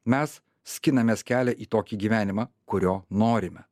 mes skinamės kelią į tokį gyvenimą kurio norime